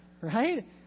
right